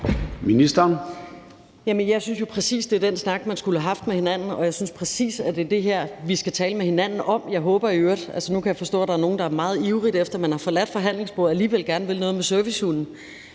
jo præcis, det er den snak, man skulle have haft med hinanden, og jeg synes præcis, at det er det her, vi skal tale med hinanden om. Altså, nu kan jeg forstå, at der er nogle, der er meget ivrige, efter de har forladt forhandlingsbordet, og alligevel gerne vil noget med servicehunde,